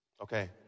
Okay